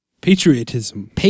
Patriotism